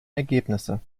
ergebnisse